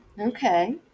Okay